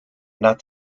not